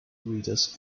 readers